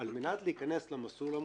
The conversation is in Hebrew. על מנת להיכנס למסלול המקוצר,